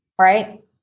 right